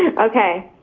okay.